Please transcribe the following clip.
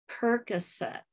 Percocet